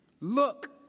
Look